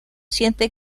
siente